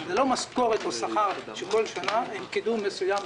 זה לא משכורת או שכר שמשולמים בכל שנה עם קידום מסוים.